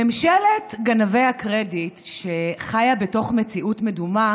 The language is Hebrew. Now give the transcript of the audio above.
ממשלת גנבי הקרדיט שחיה בתוך מציאות מדומה